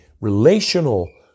relational